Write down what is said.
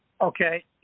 Okay